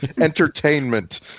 entertainment